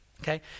Okay